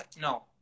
no